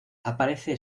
aparece